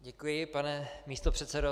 Děkuji, pane místopředsedo.